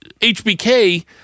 HBK